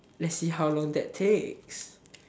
let's see how long that take